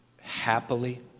happily